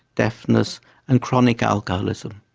deafness and chronic alcoholism.